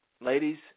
ladies